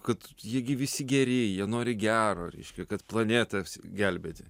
kad jie gi visi geri jie nori gero reiškia kad planetas gelbėti